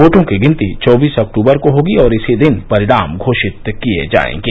वोटों की गिनती चौबीस अक्टूबर को होगी और इसी दिन परिणाम घोपीत किये जायेंगे